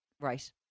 Right